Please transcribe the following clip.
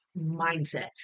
mindset